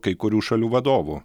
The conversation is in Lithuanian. kai kurių šalių vadovų